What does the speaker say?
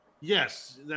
Yes